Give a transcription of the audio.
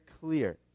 clear